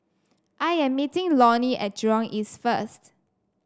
I am meeting Lonnie at Jurong East first